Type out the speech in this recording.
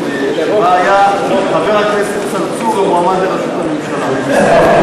שבה היה חבר הכנסת צרצור המועמד לראשות הממשלה.